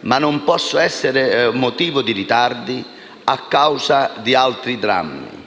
ma non può essere più motivo di ritardi e causa di altri drammi.